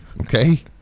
Okay